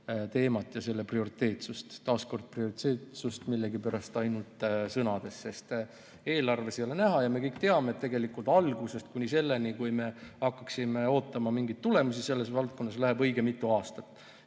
teemat ja selle prioriteetsust – taas kord prioriteetsust millegipärast ainult sõnades. Eelarves ei ole seda näha. Me kõik teame, et algusest kuni selleni, kui me hakkaksime ootama mingeid tulemusi selles valdkonnas, läheb õige mitu aastat.